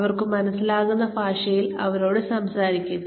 അവർക്ക് മനസ്സിലാകുന്ന ഭാഷയിൽ അവരോട് സംസാരിക്കുക